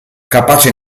capace